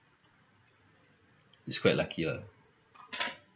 he's quite lucky lah